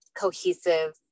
cohesive